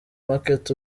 market